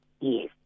Yes